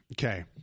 okay